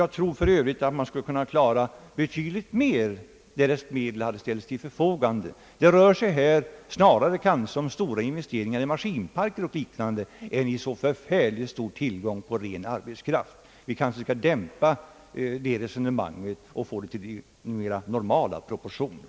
Jag tror för övrigt att den skulle kunna klara betydligt mer, därest medel ställdes till förfogande. Det rör sig här snarare om stora investeringar i maskinpark och liknande än om så förfärligt stor tillgång på arbetskraft. Vi skall kanske dämpa det förda resonemanget och försöka få ned det till litet mera normala proportioner.